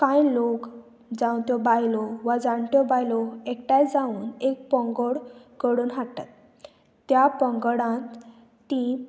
कांय लोक जावं त्यो बायलो वा जाणट्यो बायलो एकठांय जावन एक पोंगड कडून हाडटात त्या पंगडांत ती